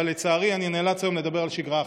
אבל לצערי אני נאלץ לדבר היום על שגרה אחרת,